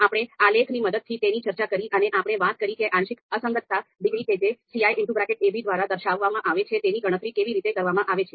આપણે આલેખની મદદથી તેની ચર્ચા કરી અને આપણે વાત કરી કે આંશિક સુસંગતતા ડિગ્રી કે જે ciab દ્વારા દર્શાવવામાં આવે છે તેની ગણતરી કેવી રીતે કરવામાં આવે છે